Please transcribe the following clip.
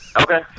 Okay